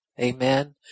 Amen